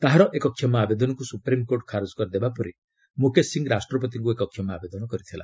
ତାହାର ଏକ କ୍ଷମା ଆବେଦନକୁ ସୁପ୍ରିମକୋର୍ଟ ଖାରଜ କରିଦେବାପରେ ମୁକେଶ ସିଂହ ରାଷ୍ଟ୍ରପତିଙ୍କୁ ଏକ କ୍ଷମା ଆବେଦନ କରିଥିଲା